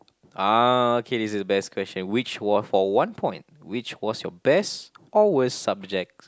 ah okay this is the best question which worth for one point which was your best or worst subject